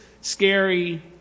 scary